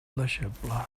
deixeble